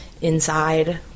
inside